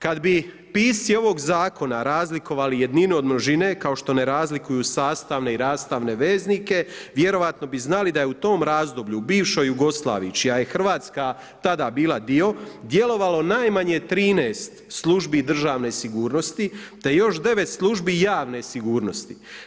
Kada bi pisci ovog zakona razlikovali jedninu od množine kao što ne razlikuju sastavne i rastavne veznike vjerojatno bi znali da je u tom razdoblju u bivšoj Jugoslaviji čija je Hrvatska tada bila dio djelovalo najmanje 13 službi državne sigurnosti te još 9 službi javne sigurnosti.